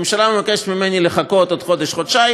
הממשלה מבקשת ממני לחכות עוד חודש-חודשיים.